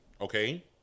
okay